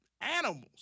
animals